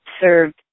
served